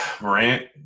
Morant